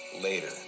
later